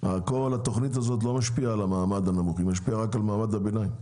כל התוכנית הזאת לא משפיעה על המעמד הנמוך אלא רק על מעמד הביניים.